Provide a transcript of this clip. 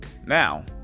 Now